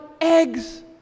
eggs